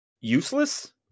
Useless